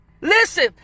Listen